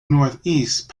northeast